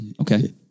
okay